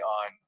on